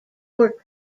were